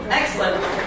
excellent